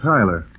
Tyler